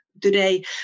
today